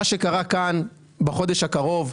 מה שקרה כאן בחודש הקרוב,